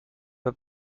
pas